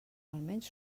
almenys